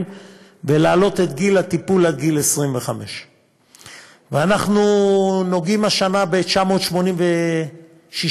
ולהעלות את גיל הטיפול עד גיל 25. ואנחנו נוגעים השנה ב-986 ילדים,